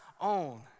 own